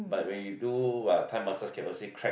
but when you do uh Thai massage can also crack